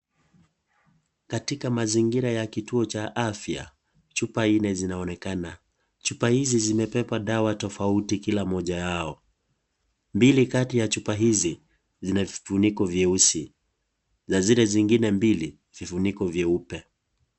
Katika mazingira ya kituo cha afya chupa nne zinaonekana. Chupa hizi zimebeba dawa tofauti kila moja yao. Mbili kati ya chupa hizi zina vifuniko vyeusi na zile zingine mbili vifuniko vyeupe.